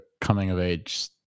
coming-of-age